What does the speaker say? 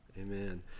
Amen